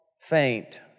faint